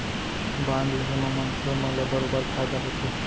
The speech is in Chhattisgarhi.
बांड लेहे म मनसे मन ल बरोबर फायदा होथे